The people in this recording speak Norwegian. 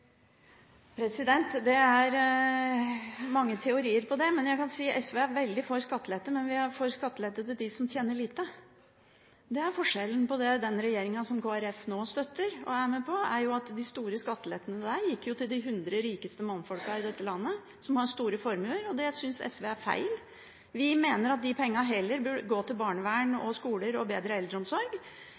Det er mange teorier om det. Jeg kan si at SV er veldig for skattelette, men vi er for skattelette til dem som tjener lite – det er forskjellen. Det den regjeringen som Kristelig Folkeparti nå støtter, gjorde, og som Kristelig Folkeparti var med på, var at den lot de store skattelettene gå til de 100 rikeste mannfolkene i dette landet – som har store formuer – og det synes SV er feil. Vi mener at de pengene heller burde gå til barnevern, skoler og bedre eldreomsorg.